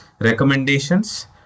recommendations